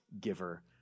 giver